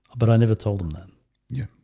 but i never told him that yeah